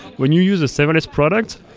when you use a serverless product,